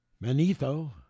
Manetho